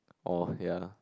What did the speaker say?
oh ya